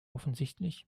offensichtlich